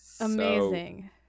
amazing